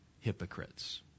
hypocrites